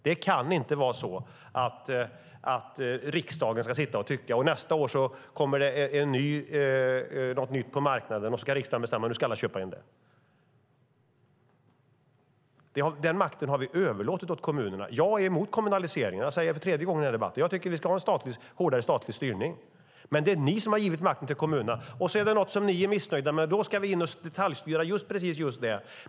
Det kan inte vara så att riksdagen ska sitta och tycka om det, och när det nästa år kommer något nytt på marknaden ska riksdagen bestämma att alla ska köpa in det. Den makten har vi överlåtit åt kommunerna. Jag är emot kommunaliseringen. Jag säger det för tredje gången i den här debatten. Jag tycker att vi ska ha en hårdare statlig styrning. Men det är ni som har givit makten till kommunerna. Och är det något ni är missnöjda med ska vi in och detaljstyra just precis där.